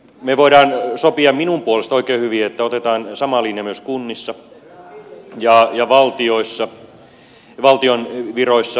me voimme sopia minun puolestani oikein hyvin että otetaan sama linja myös kunnissa ja valtion viroissa